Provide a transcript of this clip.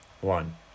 one